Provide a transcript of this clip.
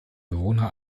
bewohner